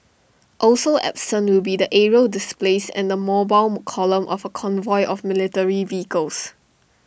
also absent will be the aerial displays and the mobile column of A convoy of military vehicles